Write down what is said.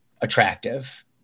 attractive